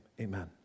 amen